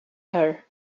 her